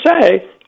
say